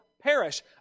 perish